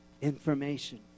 information